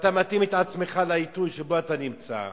ואתה מתאים את עצמך לעיתוי שבו אתה נמצא.